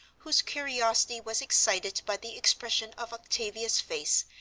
whose curiosity was excited by the expression of octavia's face,